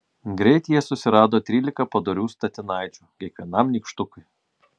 greit jie susirado trylika padorių statinaičių kiekvienam nykštukui